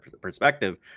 perspective